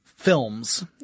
films